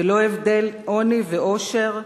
בלא הבדל עוני ועושר,